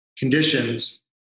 conditions